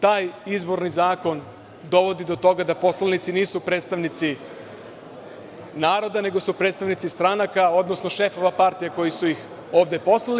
Taj izborni zakon dovodi do toga da poslanici nisu predstavnici naroda, nego su predstavnici stranaka, odnosno šefova partija koji su ih ovde poslali.